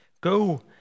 Go